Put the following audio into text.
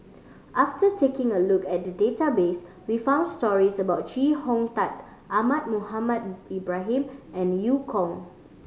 after taking a look at the database we found stories about Chee Hong Tat Ahmad Mohamed Ibrahim and Eu Kong